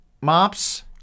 mops